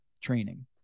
training